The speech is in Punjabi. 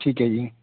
ਠੀਕ ਹੈ ਜੀ